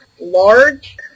large